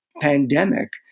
pandemic